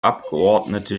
abgeordnete